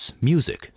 music